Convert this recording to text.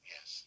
Yes